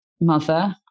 mother